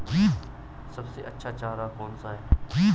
सबसे अच्छा चारा कौन सा है?